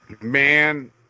Man